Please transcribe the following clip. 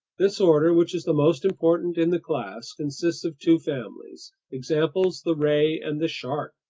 this order, which is the most important in the class, consists of two families. examples the ray and the shark.